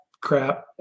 crap